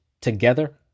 together